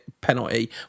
Penalty